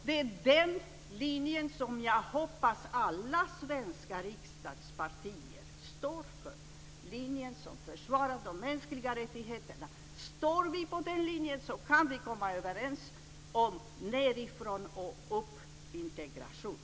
Det är den linjen som jag hoppas att alla svenska riksdagspartier står för, linjen som försvarar de mänskliga rättigheterna. Står vi på den linjen kan vi komma överens om nedifrån-och-upp-integration.